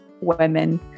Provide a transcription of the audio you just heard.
women